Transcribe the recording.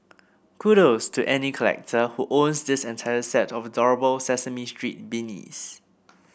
kudos to any collector who owns this entire set of adorable Sesame Street beanies